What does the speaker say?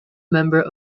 member